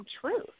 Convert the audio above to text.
truth